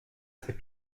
ses